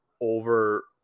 over